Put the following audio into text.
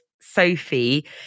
Sophie